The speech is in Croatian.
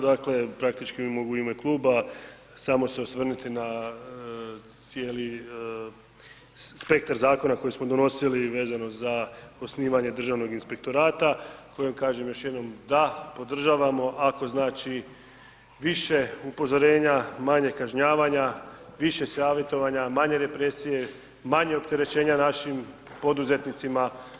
Dakle praktički mogu i u ime kluba samo se osvrnuti na cijeli spektar zakona koji smo donosili vezano za osnivanje Državnog inspektorata kojem kažem još jednom da, podržavamo, ako znači više upozorenja, manje kažnjavanja, više savjetovanja, manje represije, manje opterećenja našim poduzetnicima.